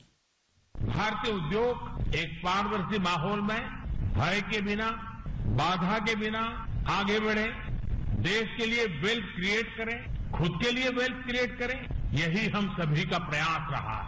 bite भारतीय उद्योग एक पारदर्शी माहौल में भय के बिना बाधा के बिना आगे बढ़े देश के लिए वेल्थ क्रियेट करे खुद के लिए वेल्थ क्रियेट करे यही हम सभी का प्रयास रहा है